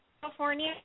California